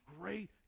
great